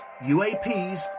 UAPs